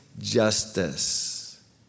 Justice